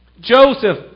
Joseph